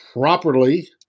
properly